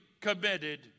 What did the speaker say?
committed